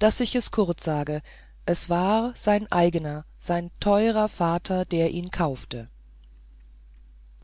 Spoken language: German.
daß ich es kurz sage es war sein eigener sein teurer vater der ihn kaufte